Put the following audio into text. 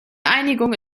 einigung